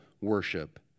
worship